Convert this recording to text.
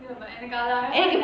ya but எனக்கு இந்த:enakku intha